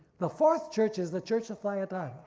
the fourth church is the church of thyatira,